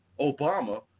Obama